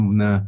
na